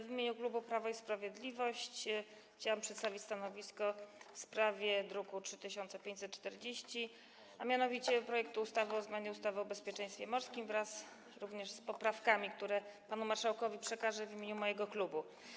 W imieniu klubu Prawo i Sprawiedliwość chciałam przedstawić stanowisko w sprawie druku nr 3540, a mianowicie projektu ustawy o zmianie ustawy o bezpieczeństwie morskim wraz z poprawkami, które panu marszałkowi przekażę w imieniu mojego klubu.